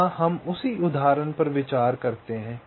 यहां हम उसी उदाहरण पर विचार करते हैं